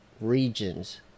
regions